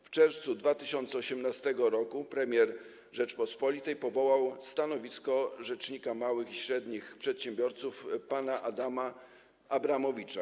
W czerwcu 2018 r. premier Rzeczypospolitej powołał na stanowisko rzecznika małych i średnich przedsiębiorców pana Adama Abramowicza.